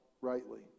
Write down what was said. rightly